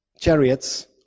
chariots